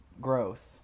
gross